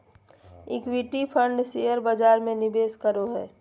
equity fund share बजार में निवेश करो हइ